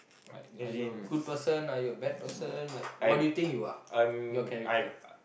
like are you a good person are you a bad person like what do you think you are your character